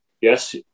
yes